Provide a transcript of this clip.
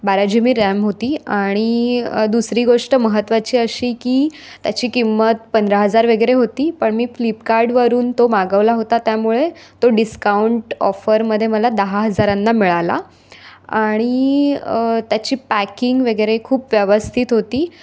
बारा G B RAM होती आणि दुसरी गोष्ट महत्वाची अशी की त्याची किंमत पंधरा हजार वगैरे होती पण मी फ्लिपकार्डवरून तो मागवला होता त्यामुळे तो डिस्काउंट ऑफरमध्ये मला दहा हजारांना मिळाला आणि त्याची पॅकिंग वगैरे खूप व्यवस्थित होती